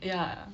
ya